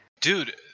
dude